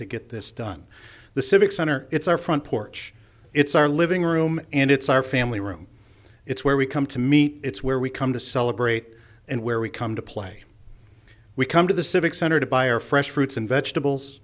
to get this done the civic center it's our front porch it's our living room and it's our family room it's where we come to meet it's where we come to celebrate and where we come to play we come to the civic center to buy our fresh fruits and vegetables